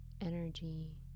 energy